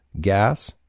gas